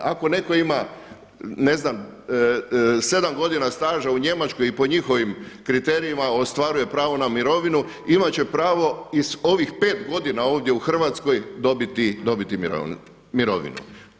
Ako netko ima ne znam 7 godina staža u Njemačkoj i po njihovim kriterijima ostvaruje pravo na mirovinu imati će pravo iz ovih 5 godina ovdje u Hrvatskoj dobiti mirovinu.